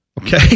Okay